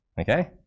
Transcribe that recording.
Okay